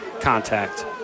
contact